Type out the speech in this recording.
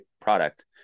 product